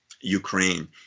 Ukraine